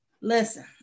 listen